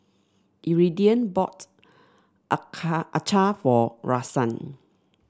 Iridian bought acar for Rahsaan